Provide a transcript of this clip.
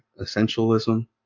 essentialism